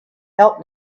help